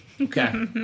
okay